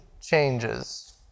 changes